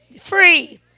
free